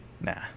Nah